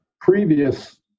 previous